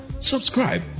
subscribe